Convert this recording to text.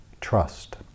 trust